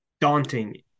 daunting